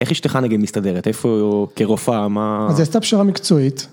איך אשתך נגיד מסתדרת איפה כרופאה מה זה סתם שאלה מקצועית.